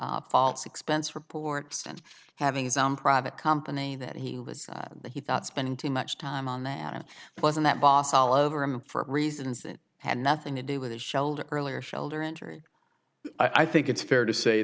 false expense reports and having his own private company that he was he thought spending too much time on that it was in that boss all over him for reasons that had nothing to do with his shoulder earlier shoulder injury i think it's fair to say